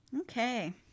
okay